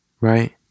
right